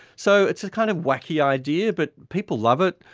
so it's a kind of wacky idea, but people love it.